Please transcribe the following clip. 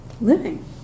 living